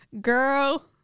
girl